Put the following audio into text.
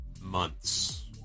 months